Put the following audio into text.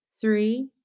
three